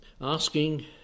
asking